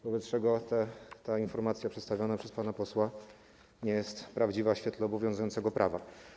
Wobec czego ta informacja przedstawiona przez pana posła nie jest prawdziwa w świetle obowiązującego prawa.